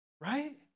right